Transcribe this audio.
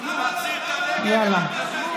תחזיר את הנגב, יאללה.